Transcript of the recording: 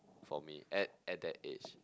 for me at at that age